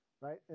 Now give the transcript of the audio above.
right